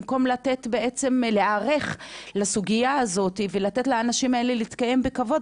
במקום להיערך לסוגיה הזאת ולתת לאנשים האלה להתקיים בכבוד,